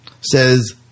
says